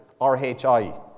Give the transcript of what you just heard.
R-H-I